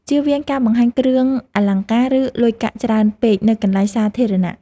ជៀសវាងការបង្ហាញគ្រឿងអលង្ការ ឬលុយកាក់ច្រើនពេកនៅកន្លែងសាធារណៈ។